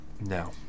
No